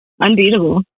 unbeatable